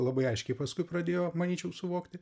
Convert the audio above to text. labai aiškiai paskui pradėjo manyčiau suvokti